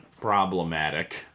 problematic